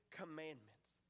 commandments